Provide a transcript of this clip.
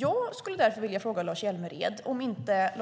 Jag skulle därför vilja fråga Lars Hjälmered om han inte